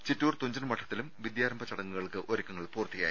ചിറ്റൂർ തുഞ്ചൻ മഠത്തിലും വിദ്യാരംഭ ചടങ്ങുകൾക്ക് ഒരുക്കങ്ങൾ പൂർത്തിയായി